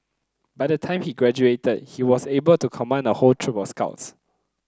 by the time he graduated he was able to command a whole troop of scouts